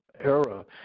Era